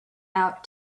out